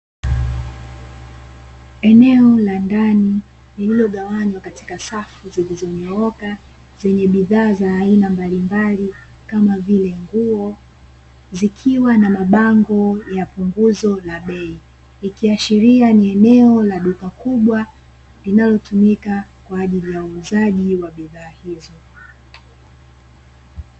Eneo la ndani lililogawanywa katika safu zilizonyooka, zenye bidhaa za aina mbalimbali, kama vile nguo zikiwa na mabango ya punguzo la bei. Ikiashiria ni eneo la duka kubwa, linalotumika kwa ajili ya uuzaji wa bidhaa hizo.